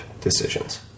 decisions